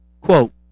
Quote